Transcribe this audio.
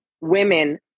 women